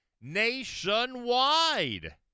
nationwide